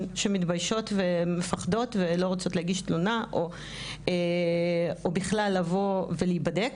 שמתביישות ומפחדות ולא רוצות להגיש תלונה או בכלל לבוא ולהיבדק,